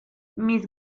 miss